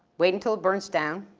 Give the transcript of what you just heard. wait until it burns down,